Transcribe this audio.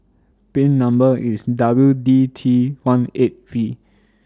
W D T one eight V